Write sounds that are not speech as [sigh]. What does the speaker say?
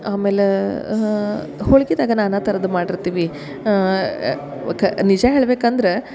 ಆಮೇಲೆ ಹೋಳಿಗಿದಾಗ ನಾನಾ ಥರದ್ ಮಾಡಿರ್ತೀವಿ [unintelligible] ನಿಜ ಹೇಳ್ಬೇಕು ಅಂದ್ರ